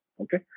Okay